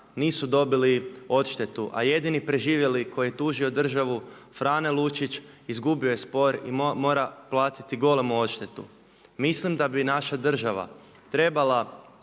nisu dobili odštetu. A jedini preživjeli koji je tužio državu Frane Lučić izgubio je spor i mora platiti golemu odštetu. Mislim da bi naša država trebala